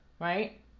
right